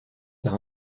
par